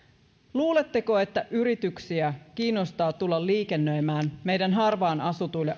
luuletteko että yrityksiä kiinnostaa tulla liikennöimään meidän harvaan asutuille